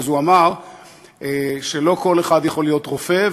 אז הוא אמר שלא כל אחד יכול להיות רופא,